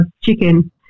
chicken